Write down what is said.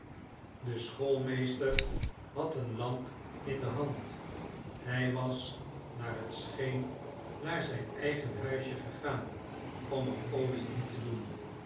de schoolmeester had eene lamp in de hand hij was naar het scheen naar zijn eigen huisje gegaan om er olie in te doen